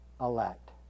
elect